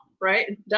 Right